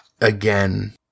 again